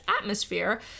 Atmosphere